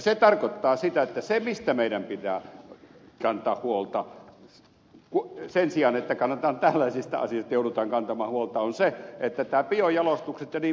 se tarkoittaa sitä että se mistä meidän pitää kantaa huolta sen sijaan että tällaisista asioista joudutaan kantamaan huolta on se että biojalostukseen jnp